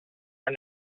are